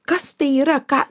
kas tai yra ką